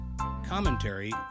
Commentary